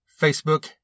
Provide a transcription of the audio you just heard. Facebook